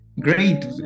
Great